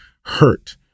hurt